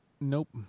Nope